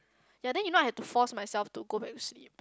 ya then you know I have to force myself to go back to sleep